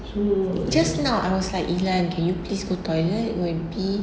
just now I was like ilan can you please go toilet go and pee